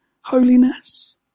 holiness